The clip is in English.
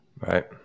Right